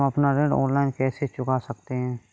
हम अपना ऋण ऑनलाइन कैसे चुका सकते हैं?